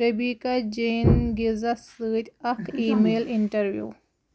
Rebecca جینگِزس سۭتۍ اکھ ای میل اِنٹروِو